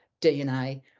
DNA